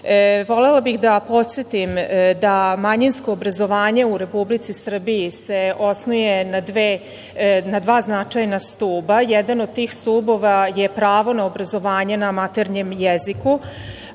bih da podsetim da manjinsko obrazovanje u Republici Srbiji se osnuje na dva značajna stuba. Jedan od tih stubova je pravo na obrazovanje na maternjem jeziku,